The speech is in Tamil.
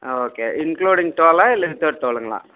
ஆ ஓகே இன்க்ளூடிங் டோலாக இல்லை வித்தவுட் டோலுங்களா